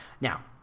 Now